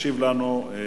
ישיב לנו על